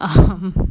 ah